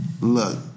Look